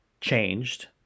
changed